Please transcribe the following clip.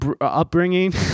Upbringing